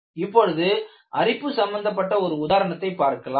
இப்பொழுது அரிப்பு சம்பந்தப்பட்ட ஒரு உதாரணத்தைப் பார்க்கலாம்